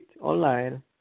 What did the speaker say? online